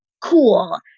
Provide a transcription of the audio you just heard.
cool